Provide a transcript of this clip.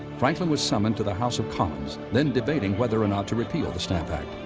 franklin was summoned to the house of commons, then debating whether or not to repeal the stamp act.